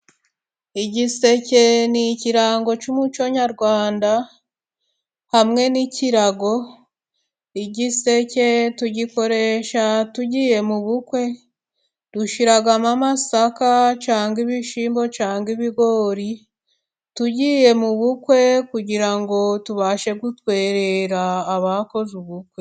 Igiseke ni ikirango cy'umuco nyarwanda hamwe n'ikirago .Igiseke tugikoresha tugiye mu bukwe, dushyiramo amasaka cyangwa ibishyimbo, cyangwa ibigori tugiye mu bukwe kugira ngo tubashe gutwerera abakoze ubukwe.